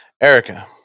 Erica